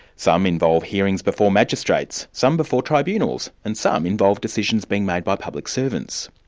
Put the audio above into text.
some involve hearings before magistrates, some before tribunals, and some involve decisions being made by public servants.